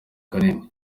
kanini